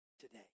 today